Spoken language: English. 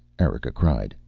erika cried.